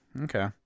Okay